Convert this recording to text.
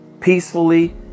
peacefully